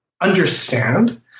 understand